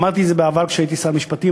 אמרתי את זה בעבר כשהייתי שר משפטים,